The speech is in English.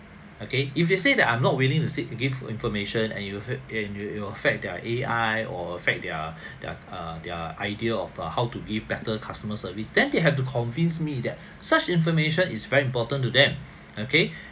okay if they say that I'm not willing to seek give information and you af~ and it will affect their A_I or affect their their err their idea of err how to give better customer service then they have to convince me that such information is very important to them okay